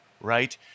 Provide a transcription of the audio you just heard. right